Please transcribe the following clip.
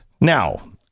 Now